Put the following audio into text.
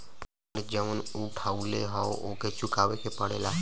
ऋण जउन उठउले हौ ओके चुकाए के पड़ेला